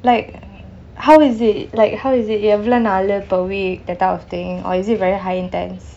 like how is it like how is it எவ்வளவு நாள்:evvalavu naal per week that type of thing or is it very high intense